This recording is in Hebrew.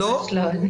ממש לא.